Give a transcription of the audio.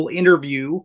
interview